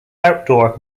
outdoor